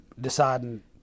deciding